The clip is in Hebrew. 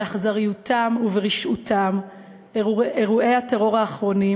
באכזריותם וברשעותם אירועי הטרור האחרונים